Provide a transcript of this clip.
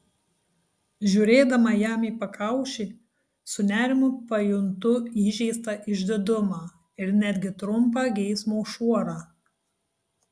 žiūrėdama jam į pakaušį su nerimu pajuntu įžeistą išdidumą ir netgi trumpą geismo šuorą